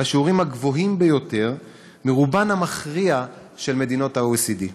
בשיעורים הגבוהים ביותר מרובן המכריע של מדינות ה-OECD,